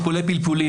בפלפולי פלפולים.